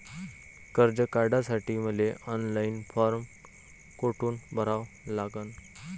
कर्ज काढासाठी मले ऑनलाईन फारम कोठून भरावा लागन?